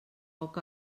poc